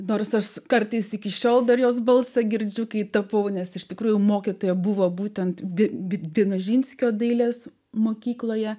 nors tas kartais iki šiol dar jos balsą girdžiu kaip tapau nes iš tikrųjų mokytoja buvo būtent bet vienožinskio dailės mokykloje